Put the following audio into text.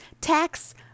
tax